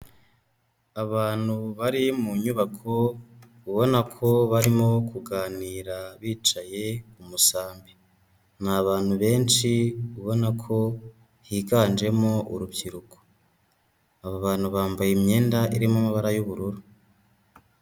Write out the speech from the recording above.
Abantu bari mu nyubako ubona ko barimo kuganira bicaye ku musambi, ni abantu benshi ubona ko higanjemo urubyiruko, aba bantu bambaye imyenda irimo amabara y'ubururu.